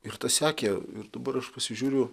ir tas sekė ir dabar aš pasižiūriu